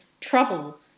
trouble